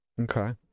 Okay